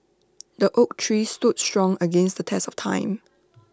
the oak tree stood strong against the test of time